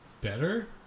better